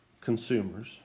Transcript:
consumers